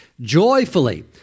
Joyfully